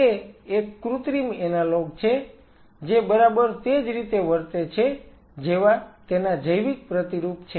તે એક કૃત્રિમ એનાલોગ છે જે બરાબર તે જ રીતે વર્તે છે જેવા તેના જૈવિક પ્રતિરૂપ છે